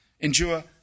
endure